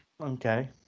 okay